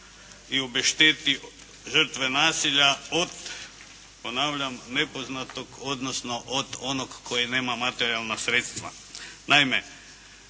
i obešteti žrtve nasilja od, ponavljam, nepoznatog odnosno od onog koji nema materijalna sredstva.